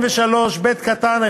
43(ב)(1),